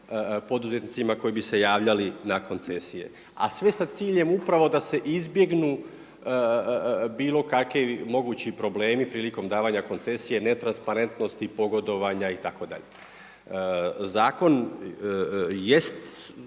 poduzetnicima koji bi se javljali na koncesije, a sve sa ciljem upravo da se izbjegnu bilo kakvi mogući problemi prilikom davanja koncesije, netransparentnosti, pogodovanja itd. Zakon jest